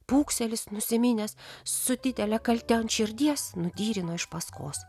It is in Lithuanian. pūkselis nusiminęs su didele kalte ant širdies nudyrino iš paskos